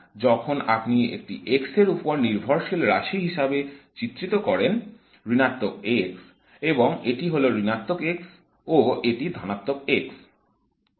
এবং এটা যখন আপনি এটি x এর উপর নির্ভরশীল রাশি হিসেবে চিত্রিত করেন - এটি হল ঋণাত্মক x ও এটি ধনাত্মক x